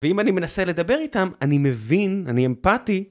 ואם אני מנסה לדבר איתם, אני מבין, אני אמפתי.